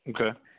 Okay